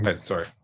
Sorry